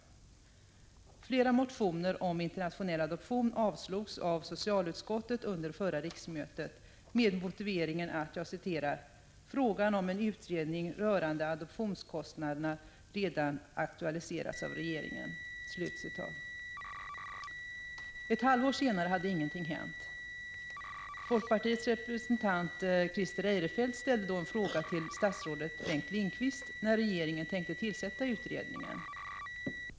Flera motioner om internationell adoption avstyrktes av socialutskottet under förra riksmötet med motiveringen att ”frågan om en utredning rörande adoptionskostnaderna redan aktualiserats av regeringen”. Ett halvår senare hade ingenting hänt. Folkpartiets representant, Christer Eirefelt, ställde då en fråga till statsrådet Bengt Lindqvist om när regeringen tänkte tillsätta utredningen.